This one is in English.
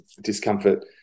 discomfort